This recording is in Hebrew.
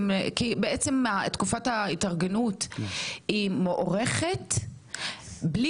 כי בעצם תקופת ההתארגנות היא מוארכת בלי